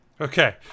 okay